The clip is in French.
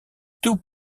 tout